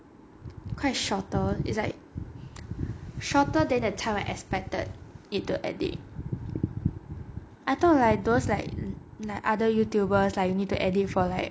quite shorter it's like shorter than the time expected need to edit I thought like those like like other youtubers like you need to edit for like